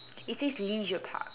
it says Leisure Park